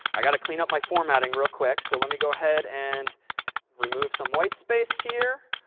i've got to clean up my formatting real quick, so let me go ahead and remove some whitespace here,